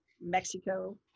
Mexico